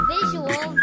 Visual